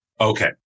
Okay